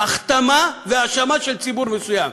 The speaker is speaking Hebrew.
הכתמה והאשמה של ציבור מסוים.